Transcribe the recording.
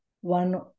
one